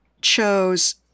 chose